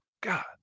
God